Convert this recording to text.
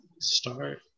start